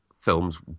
films